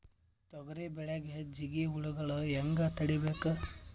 ತೊಗರಿ ಬೆಳೆಗೆ ಜಿಗಿ ಹುಳುಗಳು ಹ್ಯಾಂಗ್ ತಡೀಬೇಕು?